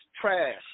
trash